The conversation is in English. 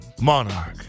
Monarch